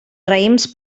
raïms